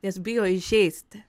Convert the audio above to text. nes bijo įžeisti